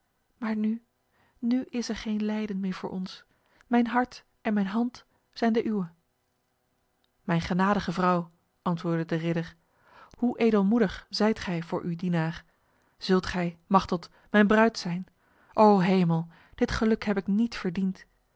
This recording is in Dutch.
maar nu nu is er geen lijden meer voor ons mijn hart en mijn hand zijn de uwe mijn genadige vrouw antwoordde de ridder hoe edelmoedig zijt gij voor uw dienaar zult gij machteld mijn bruid zijn o hemel dit geluk heb ik niet verdiend